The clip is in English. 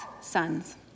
sons